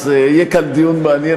אז יהיה כאן דיון מעניין,